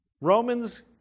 Romans